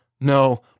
No